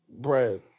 bread